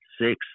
six